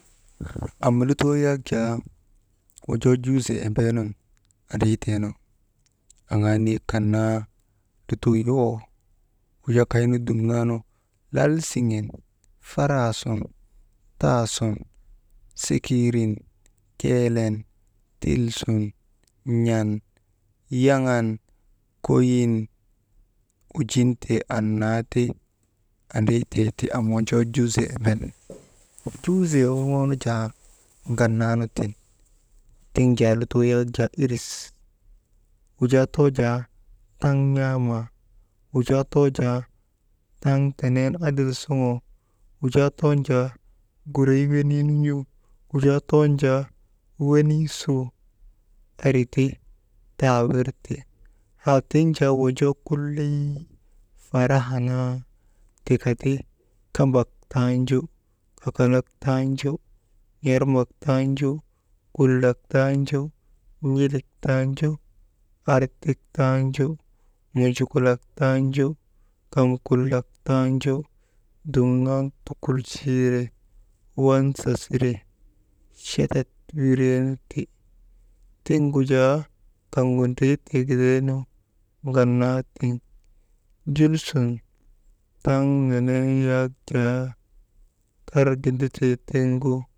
Am lutoo yak jaa wonjoo juuzee embeenun andriitee nu, aŋaa niyek kan naa lutoo yowoo, kaynu dumnaanu lal siŋen, faraa sun, taa sun sikiirin keelen, tilsun, n̰an yaŋan, koyin wujin tee anna ti andriite ti am wojoo juuzee enben juuree worŋoo nu jaa ŋanaa nu tiŋ, tiŋ jaa lutoo yak jaa iris wujaa too jaa taŋ n̰aamaa, wujaa too jaa taŋ tenen adilsuŋuu, wujaa too jaa gurey weniinu n̰uu, wujaa too jaa wenii suu ari tawirti, haa tiŋ jaa wonjoo kulley fara naa, tika ti kamak tanju kakalak tanju n̰armak tanju, kulak tanju, n̰ilik tanju, artik tanju, munjukulak tanju kaŋ kulak tanju dumnan tukulchiire wansa sire chatat wireenu ti, tiŋgu jaa kaŋhu ndritee gidaynu, ŋannaa tiŋ julsun taŋ nenee yak jaa kar ginditee tiŋgu.